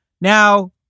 Now